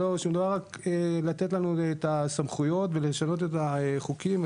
אלא רק לתת לנו את הסמכויות ולשנות את החוקים.